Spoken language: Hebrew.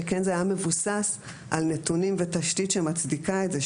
שכן זה היה מבוסס על נתונים ותשתית שמצדיקה את זה,